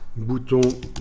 redo